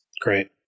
great